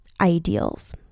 ideals